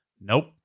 Nope